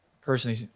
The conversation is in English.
personally